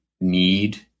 need